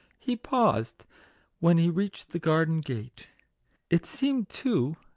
he paused when he reached the garden-gate. it seemed, too,